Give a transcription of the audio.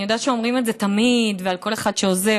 אני יודעת שאומרים את זה תמיד ועל כל אחד שעוזב,